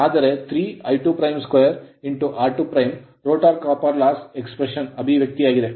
ಆದರೆ 3I22 r2 rotor copper loss rotor ತಾಮ್ರ ನಷ್ಟದ expression ಅಭಿವ್ಯಕ್ತಿಯಾಗಿದೆ